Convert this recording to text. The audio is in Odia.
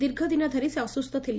ଦୀର୍ଘଦିନ ଧରି ସେ ଅସୁସ୍ଥ ଥିଲେ